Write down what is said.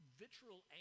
vitriol